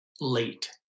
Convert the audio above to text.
late